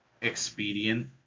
expedient